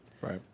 Right